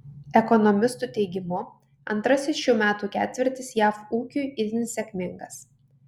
ekonomistų teigimu antrasis šių metų ketvirtis jav ūkiui itin sėkmingas